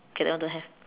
okay that one don't have